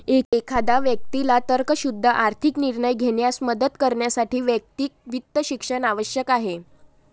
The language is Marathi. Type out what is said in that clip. एखाद्या व्यक्तीला तर्कशुद्ध आर्थिक निर्णय घेण्यास मदत करण्यासाठी वैयक्तिक वित्त शिक्षण आवश्यक आहे